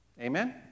Amen